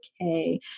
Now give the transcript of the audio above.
okay